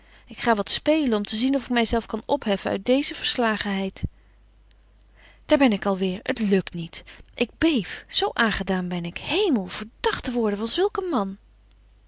ik ga wat spelen om te zien of ik my zelf kan opheffen uit deeze verslagenheid daar ben ik al weêr t lukt niet ik beef zo aangedaan ben ik hemel verdagt te worden van zulk een man